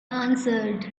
answered